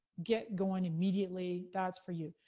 get going immediately, that's for you.